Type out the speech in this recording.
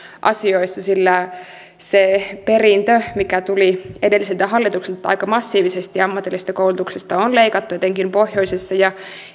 asioissa sillä sen perinnön mikä tuli edelliseltä hallitukselta että aika massiivisesti ammatillisesta koulutuksesta on leikattu etenkin pohjoisessa ja